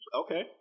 Okay